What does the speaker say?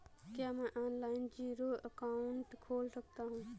क्या मैं online zero account खोल सकता हूँ?